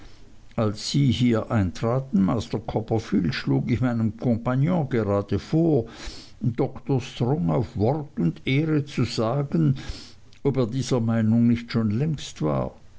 als sie hier eintraten master copperfield schlug ich meinem kompagnon grade vor dr strong auf wort und ehre zu sagen ob er dieser meinung nicht schon längst war